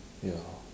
ya